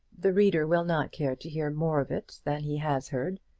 the reader will not care to hear more of it than he has heard.